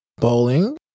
bowling